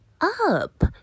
up